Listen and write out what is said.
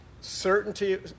Certainty